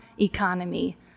economy